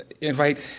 invite